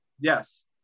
Yes